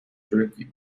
drug